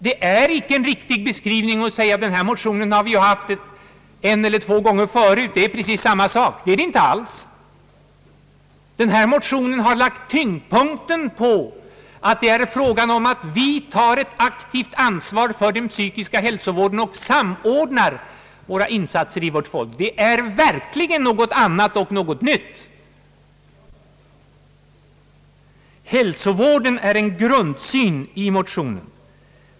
Det är inte en riktig beskrivning att säga, att denna motion har vi haft en eller två gånger förr, det är samma sak som vi behandlar nu som då. Det är det inte alls! Denna motion har lagt tyngdpunkten på att det är frågan om att vi tar ett aktivt ansvar för den psykiska hälsovården och samordnar våra insatser i vårt folk. Det är verkligen något annat och något nytt. Hälsovården är en grundsyn i motionen.